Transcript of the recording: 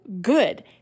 good